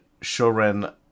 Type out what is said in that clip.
Shoren